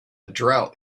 drought